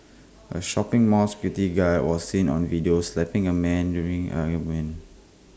A shopping mall security guard was seen on video slapping A man's during an argument